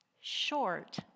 short